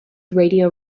radio